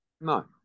No